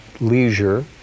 leisure